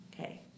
Okay